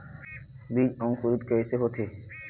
बीज अंकुरित कैसे होथे?